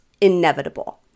inevitable